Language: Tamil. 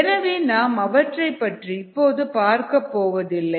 எனவே நாம் அவற்றைப் பற்றி இப்போது பார்க்கப் போவதில்லை